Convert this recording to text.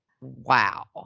Wow